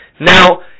Now